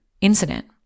incident